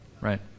Right